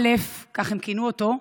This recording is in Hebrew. א', כך הם כינו אותו,